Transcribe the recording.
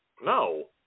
No